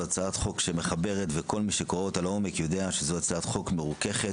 זו הצעת חוק שמחברת וכל מי שקורא אותה לעומק יודע שזו הצעת חוק מרוככת,